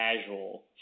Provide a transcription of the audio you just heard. casual